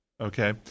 okay